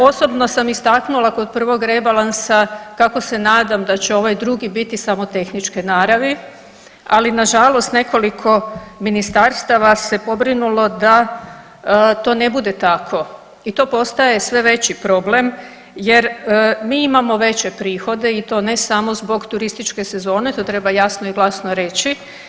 Osobno sam istaknula kod prvog rebalansa kako se nadam da će ovaj drugi biti samo tehničke naravi, ali nažalost nekoliko ministarstava se pobrinulo da to ne bude tako i to postaje sve veći problem jer mi imamo veće prihode i to ne samo zbog turističke sezone, to treba jasno i glasno reći.